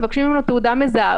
מבקשים ממנו תעודה מזהה,